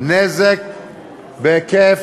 נזק בהיקף,